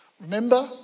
Remember